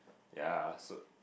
ya so